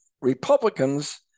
Republicans